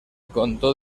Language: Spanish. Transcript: contó